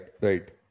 right